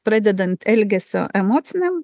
pradedant elgesio emociniam